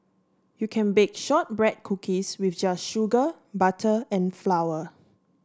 you can bake shortbread cookies with just sugar butter and flour